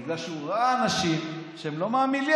בגלל שהוא ראה אנשים שהם לא מהמיליה.